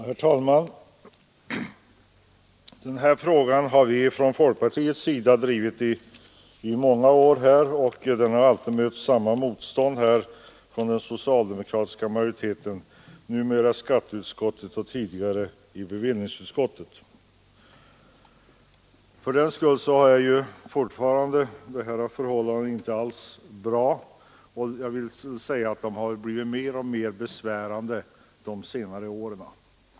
Herr talman! Den här frågan har vi från folkpartiets sida drivit i många år, och vi har alltid mött samma motstånd från den socialdemokratiska majoriteten, numera i skatteutskottet och tidigare i bevillningsutskottet. Fördenskull är fortfarande förhållandena inte alls bra, och de har blivit mer och mer besvärande under senare år.